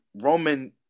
Roman